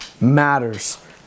matters